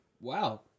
Wow